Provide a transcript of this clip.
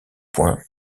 points